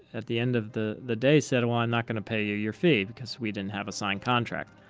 at the end of the the day, said, well, i'm not going to pay you your fee because we didn't have a signed contract.